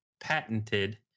patented